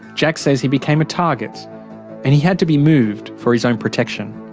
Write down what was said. jack says he became a target and he had to be moved for his own protection.